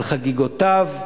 על חגיגותיו,